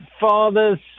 fathers